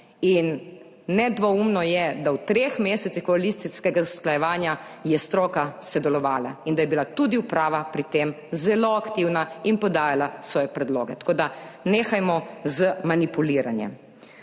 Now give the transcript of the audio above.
In nedvoumno je, da v treh mesecih koalicijskega usklajevanja je stroka sodelovala, in da je bila tudi uprava pri tem zelo aktivna in podajala svoje predloge, tako da nehajmo z manipuliranjem.